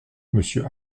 monsieur